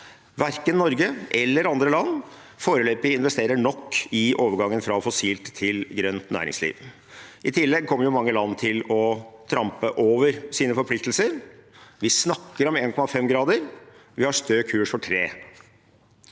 verken Norge eller andre land foreløpig investerer nok i overgangen fra fossilt til grønt næringsliv. I tillegg kommer mange land til å trampe over sine forpliktelser. Vi snakker om 1,5 grader, men har stø kurs for 3